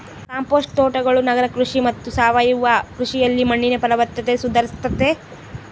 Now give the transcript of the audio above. compost ತೋಟಗಳು ನಗರ ಕೃಷಿ ಮತ್ತು ಸಾವಯವ ಕೃಷಿಯಲ್ಲಿ ಮಣ್ಣಿನ ಫಲವತ್ತತೆ ಸುಧಾರಿಸ್ತತೆ